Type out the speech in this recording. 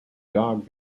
dog